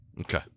Okay